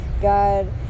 God